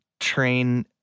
train